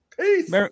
Peace